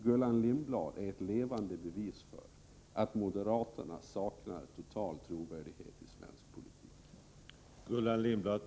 Gullan Lindblad är ett levande bevis för att moderaterna totalt saknar trovärdighet i svensk politik.